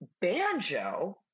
banjo